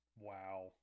Wow